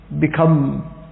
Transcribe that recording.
become